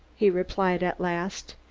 he replied at last,